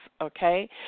okay